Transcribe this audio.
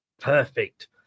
Perfect